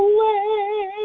Away